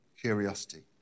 curiosity